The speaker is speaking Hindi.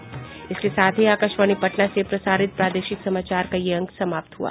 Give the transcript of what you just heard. इसके साथ ही आकाशवाणी पटना से प्रसारित प्रादेशिक समाचार का ये अंक समाप्त हुआ